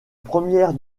premières